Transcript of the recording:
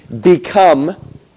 become